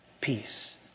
Peace